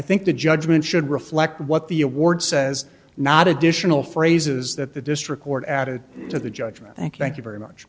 think the judgement should reflect what the award says not additional phrases that the district court added to the judgement thank you thank you very much